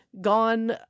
gone